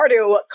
cardio